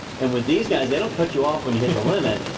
and with these guys, they don't cut you off when you hit the limit.